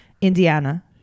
Indiana